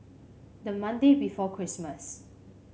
the Monday before Christmas